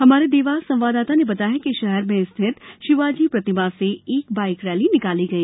हमारे देवास संवाददाता ने बताया कि शहर में स्थित शिवाजी प्रतिमा से एक बाईक रैली निकाली गई